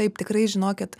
taip tikrai žinokit